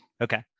Okay